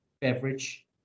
beverage